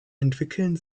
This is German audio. entwickeln